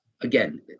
again